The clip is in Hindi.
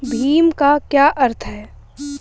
भीम का क्या अर्थ है?